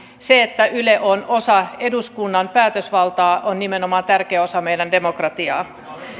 se että yle on osa eduskunnan päätösvaltaa on nimenomaan tärkeä osa meidän demokratiaa